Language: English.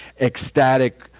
ecstatic